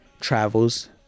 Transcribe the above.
travels